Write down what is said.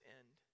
end